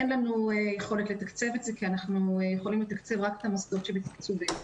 אין לנו יכולת לתקצב כי אנחנו יכולים לתקצב רק את המוסדות שבתקצובנו.